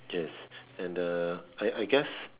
yes and uh I I guess